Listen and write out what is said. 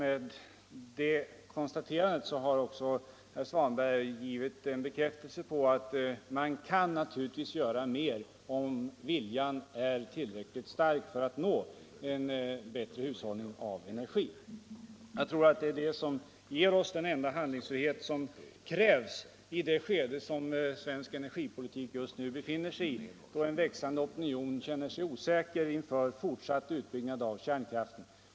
Med det konstaterandet har också herr Svanberg givit en bekräftelse på att man naturligtvis kan göra mer om viljan är tillräckligt stark för en bättre hushållning med energi. Det aktuella skedet av svensk energipolitik kräver stor handlingsfrihet. Väldigt många känner sig osäkra inför en fortsatt utbyggnad av kärnkraften.